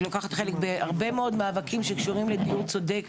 לא איכפת, כאילו שמדובר בחפצים או בעציצים.